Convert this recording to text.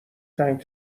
تنگ